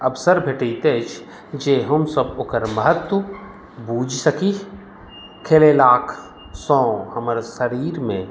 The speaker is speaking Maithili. अवसर भेटैत अछि जे हमसब ओकर महत्त्व बुझि सकी खेलेलासँ हमर शरीरमे